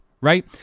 Right